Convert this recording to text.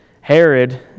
Herod